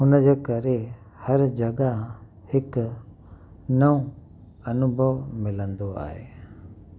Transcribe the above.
उनजे करे हर जॻह हिक नओ अनुभव मिलंदो आहे